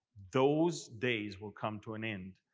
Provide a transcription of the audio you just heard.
those days will come to an end,